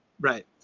right